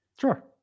Sure